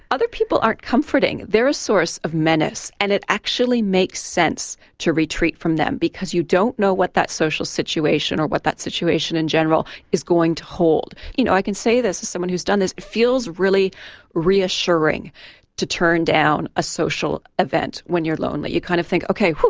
other people aren't comforting, they are a source of menace and it actually makes sense to retreat from them because you don't know what that social situation or what that situation in general is going to hold. you know i can say this as someone who has done this it feels really reassuring to turn down a social event when you're lonely. you kind of think ok,